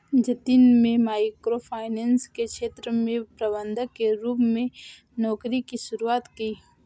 जतिन में micro finance के क्षेत्र में प्रबंधक के रूप में नौकरी की शुरुआत की